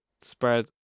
spread